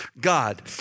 God